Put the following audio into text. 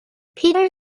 peter